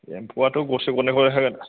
एम्फैआथ' गरसे गरनैखौ जाखागोन